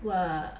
!wah!